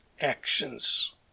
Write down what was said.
actions